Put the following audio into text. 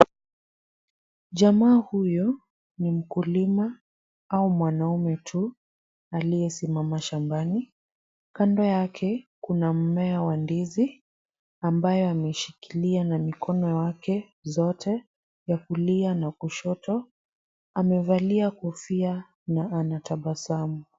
Jamaa huyu ni mkulima au mwanamume tu aliyesimama shambani. Kando yake kuna mmea wa ndizi ambao ameshikilia na mikono wake zote, ya kulia na kushoto. Amevalia kofia na anatabasamu.